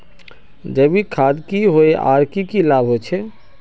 जैविक खाद की होय आर की की लाभ होचे?